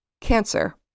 Cancer